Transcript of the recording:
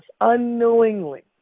unknowingly